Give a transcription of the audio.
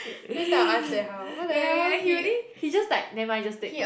yeah yeah yeah he already he just like never mind just take